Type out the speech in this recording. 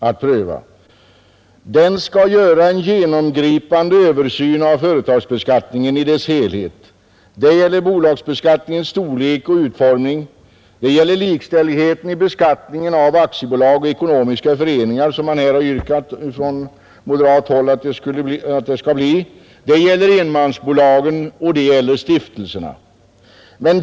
Den utredningen skall göra en genomgripande översyn av företagsbeskattningen i dess helhet: bolagsbeskattningens storlek och utformning, likställigheten i beskattningen av aktiebolag och ekonomiska föreningar — som man har yrkat från moderat håll — samt frågan om enmansbolagen och stiftelserna.